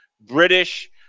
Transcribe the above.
British